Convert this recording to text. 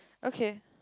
okay